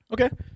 Okay